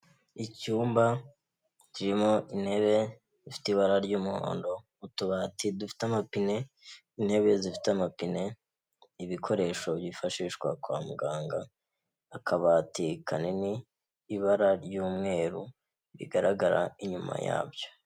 Icyumba kirimo intebe ifite ibara ry'umuhondo, utubati dufite amapine, intebe zifite amapine, ibikoresho byifashishwa kwa muganga, akabati kanini, ibara ry'umweru rigaragara inyuma yabyo.